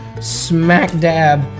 smack-dab